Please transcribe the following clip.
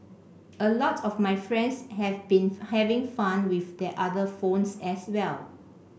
a lot of my friends have been having fun with their other phones as well